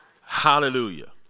Hallelujah